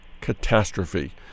catastrophe